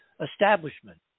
establishment